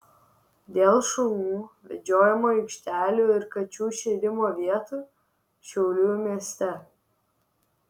dėl šunų vedžiojimo aikštelių ir kačių šėrimo vietų šiaulių mieste